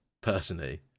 personally